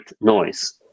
noise